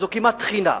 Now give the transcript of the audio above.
כמעט תחינה,